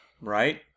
right